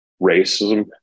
racism